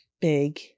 big